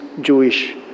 Jewish